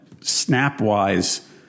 snap-wise